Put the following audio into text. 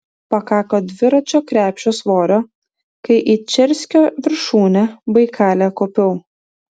pakako dviračio krepšio svorio kai į čerskio viršūnę baikale kopiau